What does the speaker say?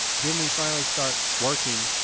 then we finally start working,